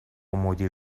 مدیر